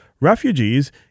refugees